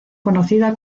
conocida